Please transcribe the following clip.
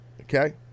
okay